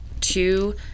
two